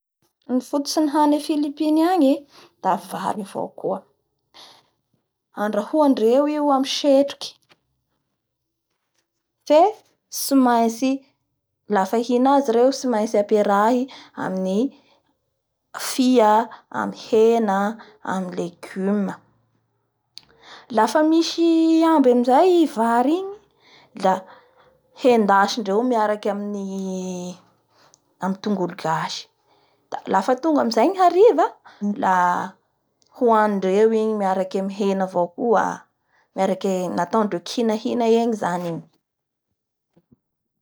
Ny fototsy ny hany Philipine agny e da vary avao koa. Andrahoandreo io amin'ny setroky, fe tsimaintsy-lafa hihina azy reo da tsimaintsy aperahy amin'ny fia, amin'ny hena, amin'ny legume, Lafa misy amby amizay i vary igny la hendasindreo miaraky amin'ny tongolo gasy da lafa tonga amizay ny hariva la hoanindreo igny miaraky amin'ny hena avao koa-a. Ataondreo kihinahina eo zany igny.